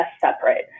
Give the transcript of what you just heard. separate